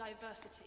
diversity